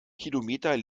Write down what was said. kilometer